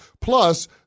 Plus